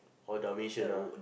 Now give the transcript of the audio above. orh dalmatian ah